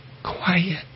quiet